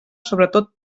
sobretot